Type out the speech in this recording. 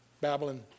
Babylon